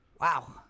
Wow